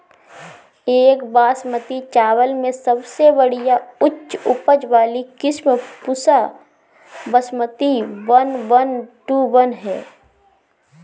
एक बासमती चावल में सबसे बढ़िया उच्च उपज वाली किस्म Pusa Basmati one one two one ह?